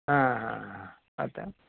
ಹಾಂ ಹಾಂ ಹಾಂ ಮತ್ತೆ